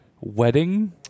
Wedding